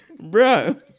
bro